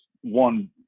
one